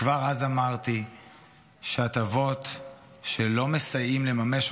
כבר אז אמרתי שהטבות שלא מסייעים לממש,